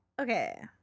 Okay